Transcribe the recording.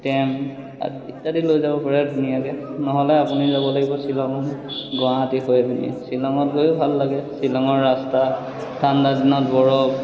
camp ইত্যাদি লৈ যাব পাৰে ধুনীয়াকৈ নহ'লে আপুনি যাব লাগিব শ্বিলঙলৈ গুৱাহাটী হৈ পিনি শ্বিলঙত গৈয়ো ভাল লাগে শ্বিলঙৰ ৰাস্তা ঠাণ্ডা দিনত বৰফ